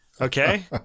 Okay